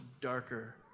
darker